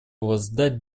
воздать